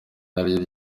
naryo